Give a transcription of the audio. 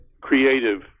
creative